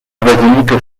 basilique